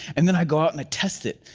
and then i'd go out and i'd test it.